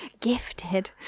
Gifted